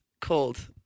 called